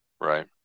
Right